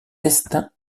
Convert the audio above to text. est